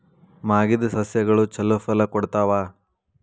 ಮಾಗಿದ್ ಸಸ್ಯಗಳು ಛಲೋ ಫಲ ಕೊಡ್ತಾವಾ?